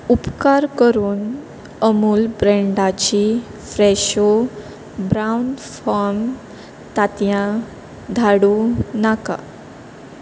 उपकार करून अमूल ब्रँडाची फ्रॅशो ब्रावन फॉर्म तांतयां धाडूं नाका